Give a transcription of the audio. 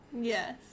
Yes